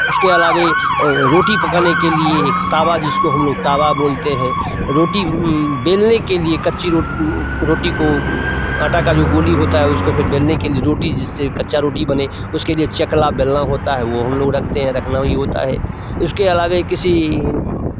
उसके अलावे रोटी पकाने के लिए एक तवा जिसको हम लोग तवा बोलते हैं रोटी बेलने के लिए कच्ची रोटी को आटा का जो गोली होता है उसको फिर बेलने के लिए रोटी जिससे कच्चा रोटी बने उसके लिए चकला बेलना होता है वह हम लोग रखते हैं रखना भी होता है इसके अलावे किसी